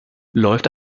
läuft